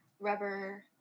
rubber